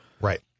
right